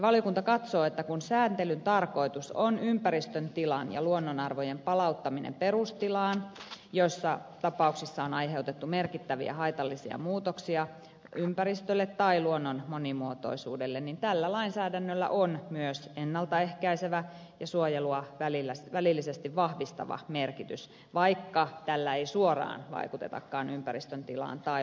valiokunta katsoo että kun sääntelyn tarkoitus on ympäristön tilan ja luonnonarvojen palauttaminen perustilaan niissä tapauksissa joissa on aiheutettu merkittäviä haitallisia muutoksia ympäristölle tai luonnon monimuotoisuudelle niin tällä lainsäädännöllä on myös ennalta ehkäisevä ja suojelua välillisesti vahvistava merkitys vaikka tällä ei suoraan vaikutetakaan ympäristön tilaan tai luonnon monimuotoisuuteen